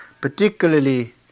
particularly